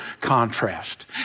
contrast